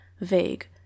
vague